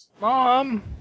mom